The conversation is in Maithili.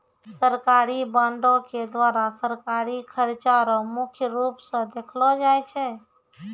सरकारी बॉंडों के द्वारा सरकारी खर्चा रो मुख्य रूप स देखलो जाय छै